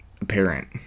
apparent